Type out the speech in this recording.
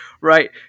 right